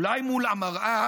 אולי מול המראה,